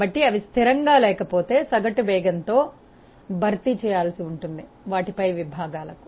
కాబట్టి అవి స్థిరంగా లేకపోతే సగటు వేగంతో భర్తీ చేయాల్సి ఉంటుంది వాటి పై విభాగాలకు